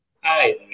Hi